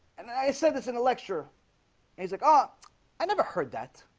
and i said this in a lecture he's like ah i never heard that